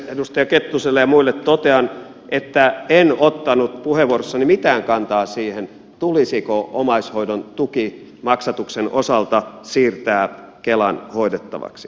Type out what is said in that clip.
edustaja kettuselle ja muille totean että en ottanut puheenvuorossani mitään kantaa siihen tulisiko omaishoidon tuki maksatuksen osalta siirtää kelan hoidettavaksi